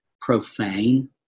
profane